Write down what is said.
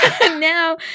now